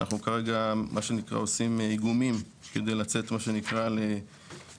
אנחנו כרגע מה שנקרא עושים איגומים כדי לצאת מה שנקרא לביצוע,